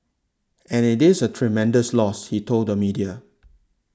and it is a tremendous loss he told the media